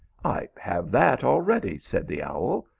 i have that already, said the owl.